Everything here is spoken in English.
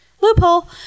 loophole